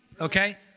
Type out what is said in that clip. okay